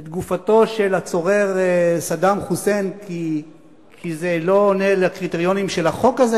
את גופתו של הצורר סדאם חוסיין כי זה לא עונה לקריטריונים של החוק הזה?